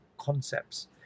concepts